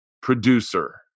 producer